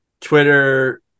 Twitter